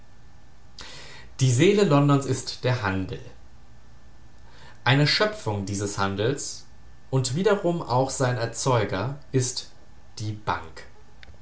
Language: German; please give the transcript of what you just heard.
die seele londons ist der handel eine schöpfung dieses handels und wiederum auch sein erzeuger ist die bank